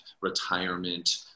retirement